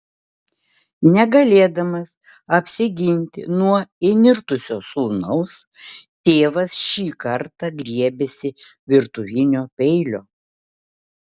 negalėdamas apsiginti nuo įnirtusio sūnaus tėvas šį kartą griebėsi virtuvinio peilio